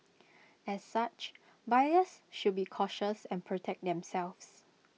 as such buyers should be cautious and protect themselves